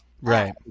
Right